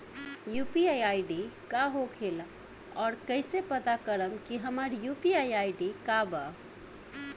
UPI ID का होखेला और कईसे पता करम की हमार यू.पी.आई आई.डी का बा?